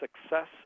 success